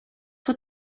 what